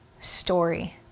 story